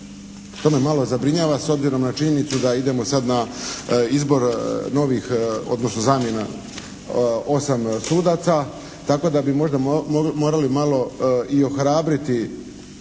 To me malo zabrinjava s obzirom na činjenicu da idemo sad na izbor novih, odnosno zamjena 8 sudaca, tako da bi možda morali malo i ohrabriti